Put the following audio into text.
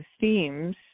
themes